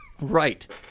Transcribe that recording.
Right